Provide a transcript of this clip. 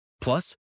Plus